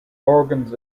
organs